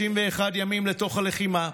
31 ימים לתוך הלחימה,